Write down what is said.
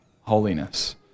holiness